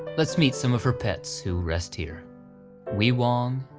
let's meet some of her pets who rest here wee wong,